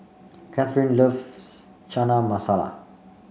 Catherine loves China Masala